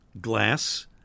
glass